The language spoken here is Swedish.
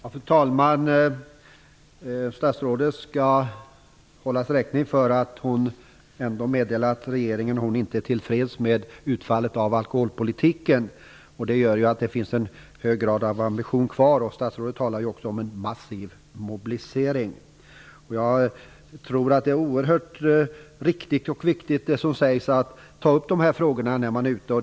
Fru talman! Statsrådet skall hållas räkning för att hon ändå meddelat regeringen att hon inte är till freds med utfallet av alkoholpolitiken. Det gör ju att det finns en hög ambition kvar. Statsrådet talar också om en massiv mobilisering. Det som sägs om att man skall ta upp dessa frågor när man är ute och reser är oerhört riktigt och viktigt.